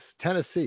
Tennessee